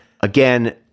Again